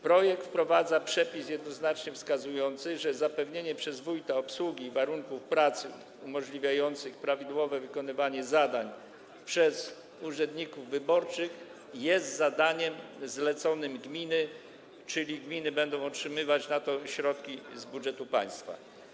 Projekt wprowadza przepis jednoznacznie wskazujący, że zapewnienie przez wójta obsługi i warunków pracy umożliwiających prawidłowe wykonywanie zadań przez urzędników wyborczych jest zadaniem zleconym gminy, czyli gminy będą otrzymywać na to środki z budżetu państwa.